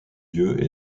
dieu